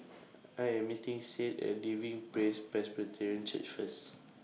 I Am meeting Sade At Living Praise Presbyterian Church First